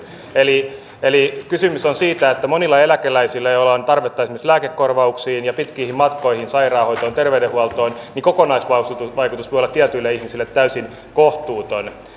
eli eli kysymys on siitä että monille eläkeläisille joilla on tarvetta esimerkiksi lääkekorvauksiin ja pitkiin matkoihin sairaanhoitoon terveydenhuoltoon kokonaisvaikutus voi olla tietyille ihmisille täysin kohtuuton